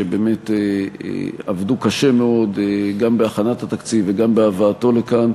שבאמת עבדו קשה מאוד גם בהכנת התקציב וגם בהבאתו לכאן,